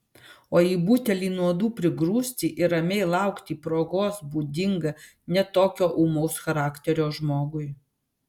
o į butelį nuodų prigrūsti ir ramiai laukti progos būdinga ne tokio ūmaus charakterio žmogui